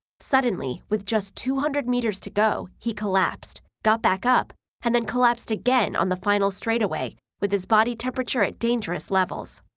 suddenly, with just two hundred meters to go, he collapsed, got back up and then collapsed again on the final straightaway, with his body temperature at dangerous levels.